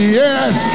yes